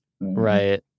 right